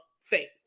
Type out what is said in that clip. faith